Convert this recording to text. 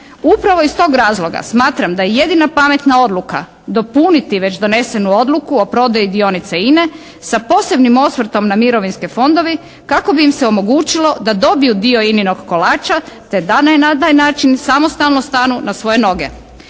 Upravo iz tog razloga smatram da je jedina pametna odluka dopuniti već donesenu odluku o prodaji dionica INA-e sa posebnim osvrtom na mirovinske fondove kako bi im se omogućilo da dobiju INA-inog kolača te da na taj način samostalno stanu na svoje noge.